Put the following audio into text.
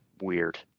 weird